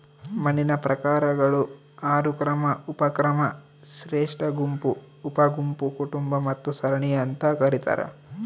ಮಣ್ಣಿನ ಪ್ರಕಾರಗಳು ಆರು ಕ್ರಮ ಉಪಕ್ರಮ ಶ್ರೇಷ್ಠಗುಂಪು ಉಪಗುಂಪು ಕುಟುಂಬ ಮತ್ತು ಸರಣಿ ಅಂತ ಕರೀತಾರ